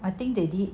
I think they did